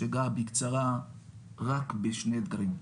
אגע בקצרה רק בשני אתגרים: